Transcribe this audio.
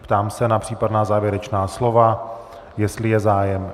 Ptám se na případná závěrečná slova, jestli je zájem.